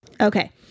Okay